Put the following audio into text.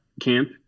camp